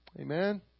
Amen